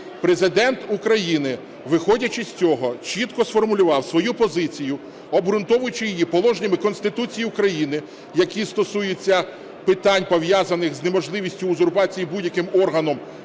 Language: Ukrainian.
Президент України, виходячи з цього, чітко сформулював свою позицію, обґрунтовуючи її положеннями Конституції України, які стосуються питань, пов'язаних з неможливістю узурпації будь-яким органом